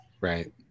Right